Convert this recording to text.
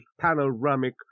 panoramic